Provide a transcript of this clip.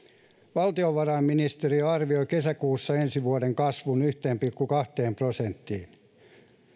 valtiovarainministeriö arvioi kesäkuussa ensi vuoden kasvun yhteen pilkku kahteen prosenttiin nyt